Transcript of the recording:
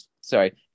sorry